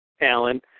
Alan